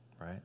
right